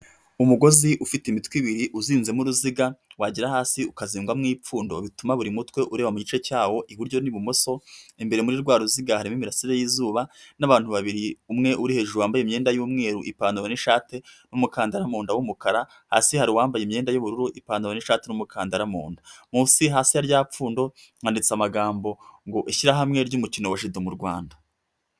Umugozi ufite imitwe ibiri uzinzemo uruziga wagera hasi ukazingwamo ipfundo bituma buri mutwe ureba mu gice cyawo iburyo n'ibumoso imbere muri rwa ruziga harimo imirasire y'izuba n'abantu babiri umwe uri hejuru wambaye imyenda y'umweru, ipantaro n'ishati n'umukandara munda w'umukara hasi hari uwambaye imyenda y'ubururu ipantaro ni icyatsi n'umukandara mu nda munsi hasi ya rya pfundo handitse amagambo ngo ishyirahamwe ry'umukino wa judo mu Rwanda.